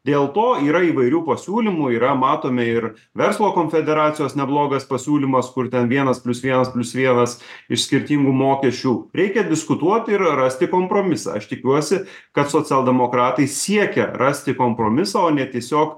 dėl to yra įvairių pasiūlymų yra matome ir verslo konfederacijos neblogas pasiūlymas kur ten vienas plius vienas plius vienas iš skirtingų mokesčių reikia diskutuoti ir rasti kompromisą aš tikiuosi kad socialdemokratai siekia rasti kompromisą o ne tiesiog